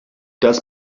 das